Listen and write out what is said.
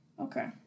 Okay